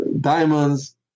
Diamonds